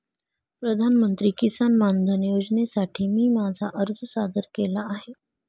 प्रधानमंत्री किसान मानधन योजनेसाठी मी माझा अर्ज सादर केला आहे